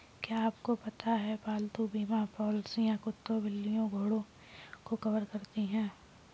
क्या आपको पता है पालतू बीमा पॉलिसियां कुत्तों, बिल्लियों और घोड़ों को कवर करती हैं?